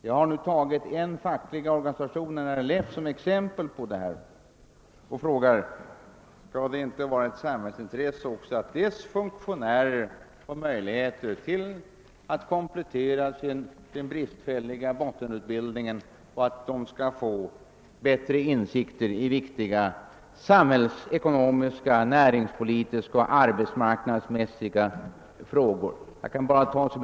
Arbetsmarknadsorganisationerna önskar samverka just med denna organisation för att sprida större kännedom om vissa arbetsmarknadspolitiska åtgärder. Jag har nu tagit en facklig organisation, RLF, som exempel, och jag frågar: Skall det inte vara ett samhällsintresse att också dess funktionärer får möjligheter att komplettera sin bristfälliga bottenutbildning och skaffa sig bättre insikter i viktiga samhällsekonomiska, näringspolitiska och arbetsmarknadsmässiga frågor? Herr talman!